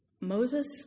Moses